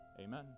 Amen